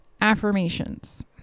affirmations